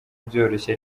byoroshye